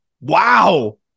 Wow